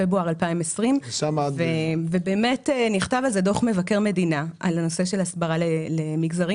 פברואר 2020. ובאמת נכתב דוח מבקר המדינה על הנושא של הסברה למגזרים.